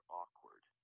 awkward